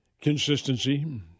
Consistency